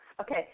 Okay